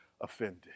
offended